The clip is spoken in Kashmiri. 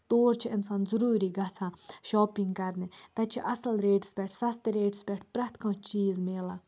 تور چھِ اِنسان ضٔروٗری گژھان شاپِنٛگ کَرنہِ تَتہِ چھِ اَصٕل ریٹَس پٮ۪ٹھ سَستہٕ ریٹَس پٮ۪ٹھ پرٛٮ۪تھ کانٛہہ چیٖز ملان